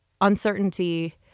uncertainty